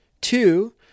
Two